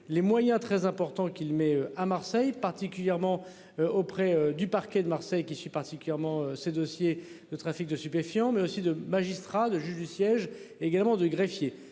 les moyens très importants qu'il met à Marseille, particulièrement auprès du parquet de Marseille qui suit particulièrement ces dossiers de trafic de stupéfiants, mais aussi de magistrats de juges du siège également de greffier